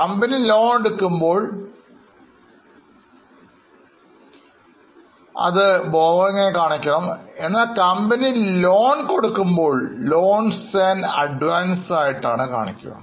company loan കൊടുക്കുമ്പോൾ അപ്പോൾ അത് loans and advances ആയി കാണിക്കണം